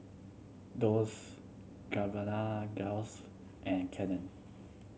Dolce Gabbana Dells and Canon